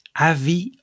avis